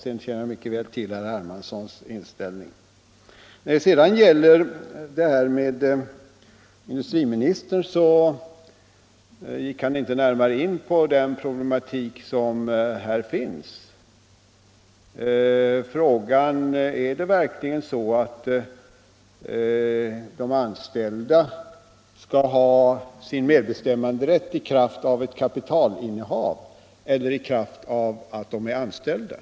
För övrigt känner jag mycket väl herr Hermanssons inställning till detta. Industriministern gick inte närmare in på frågan, om de anställda skall ha sin medbestämmanderätt i kraft av ett kapitalinnehav eller i kraft av att de är anställda.